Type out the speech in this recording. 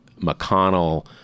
McConnell